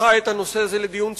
פתחה את הנושא הזה לדיון ציבורי,